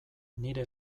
nire